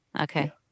Okay